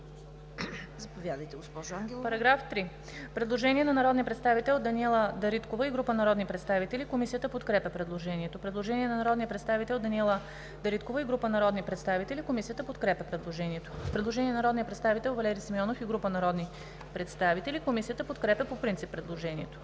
По § 12 има предложение на народния представител Даниела Дариткова и група народни представители. Комисията подкрепя предложението. Предложение на народния представител Валери Симеонов и група народни представители. Комисията подкрепя предложението.